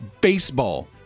Baseball